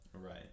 Right